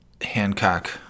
Hancock